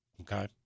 Okay